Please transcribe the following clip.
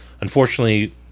Unfortunately